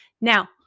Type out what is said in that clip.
Now